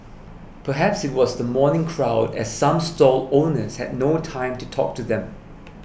perhaps it was the morning crowd as some stall owners had no time to talk to them